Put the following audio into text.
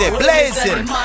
blazing